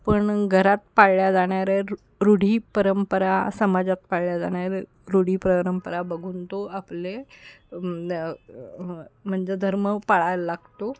पण घरात पाळल्या जाणाऱ्या रूढी परंपरा समाजात पाळल्या जाणाऱ्या रूढी परंपरा बघून तो आपले म्हणजे धर्म पाळायला लागतो